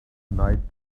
night